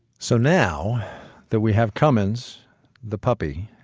so now that we have commins the puppy,